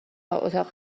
اتاق